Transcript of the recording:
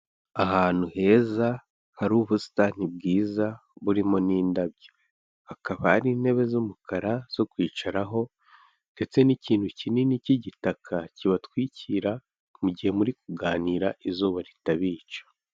Ahantu heza hari ubusitani bwiza burimo n'indabyo, hakaba hari intebe z'umukara zo kwicaraho ndetse n'ikintu kinini cy'igitaka kibatwikira mu gihe muri kuganira izuba ritabica.